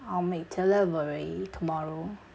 I will make delivery tomorrow